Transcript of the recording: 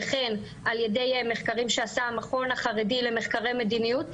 וכן על ידי מחקרים שעשה המכון החרדי למחקרי מדיניות,